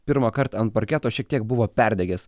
pirmąkart ant parketo šiek tiek buvo perdegęs